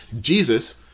Jesus